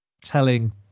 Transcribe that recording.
telling